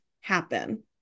happen